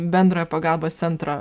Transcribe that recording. bendrojo pagalbos centro